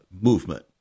movement